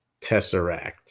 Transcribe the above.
Tesseract